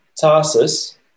Tarsus